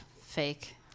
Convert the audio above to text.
fake